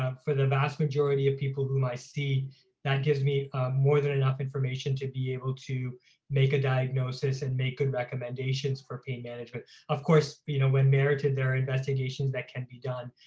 ah for the vast majority of people who might see that gives me more than enough information to be able to make a diagnosis and make good recommendations for pain management. of course you know when merited their investigations that can be done.